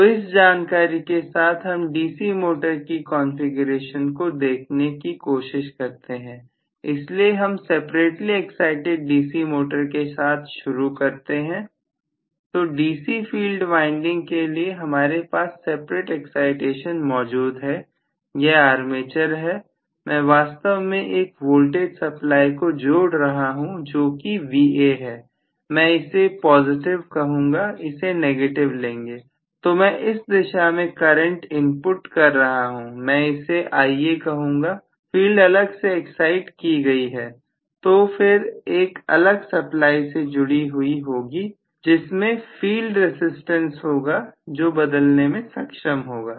तो इस जानकारी के साथ हम डीसी मोटर की कॉन्फ़िगरेशन को देखने की कोशिश करते हैं इसलिए हम सेपरेटली एक्साइटिड डीसी मोटर के साथ शुरू करते हैं तो डीसी फील्ड वाइंडिंग के लिए हमारे पास सेपरेट एक्साइटेशन मौजूद है यह आर्मेचर है मैं वास्तव में एक वोल्टेज सप्लाई को जोड़ रहा हूं जो कि Va है मैं इसे पॉजिटिव कहूंगा इसे नेगेटिव लेंगे तो मैं इस दिशा में करंट इनपुट कर रहा हूं मैं इसे Ia कहूंगा फील्ड अलग से एक्साइट की गई है तो फिर एक अलग सप्लाई से जुड़ी हुई होगी जिसमें फील्ड रसिस्टेंस होगा जो बदलने में सक्षम होगा